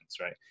right